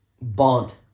Bond